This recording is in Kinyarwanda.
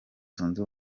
zunze